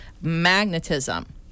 magnetism